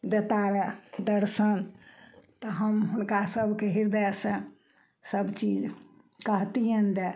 देता रऽ दर्शन तऽ हम हुनका सभके हृदयसँ सभचीज कहितियनि रऽ